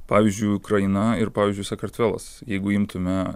pavyzdžiui ukraina ir pavyzdžiui sakartvelas jeigu imtume